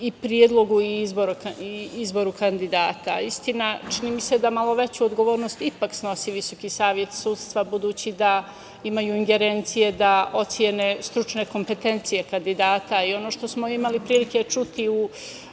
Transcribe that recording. i predlogu i izboru kandidata. Istina, čini mi se da malo veću odgovornost ipak snosi Visoki savet sudstva, budući da imaju ingerencije da ocene stručne kompetencije kandidata i ono što smo imali prilike čuti u